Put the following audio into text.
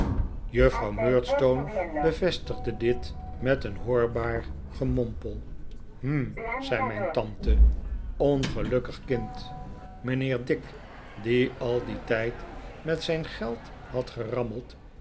juffrouw murdstone bevestigde dit met een hoorbaar gemompel hm zei mijn tante ongelukkig kind mijnheer dick die al dieri tijd met zijn geld had gerammeld